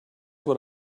what